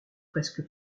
presque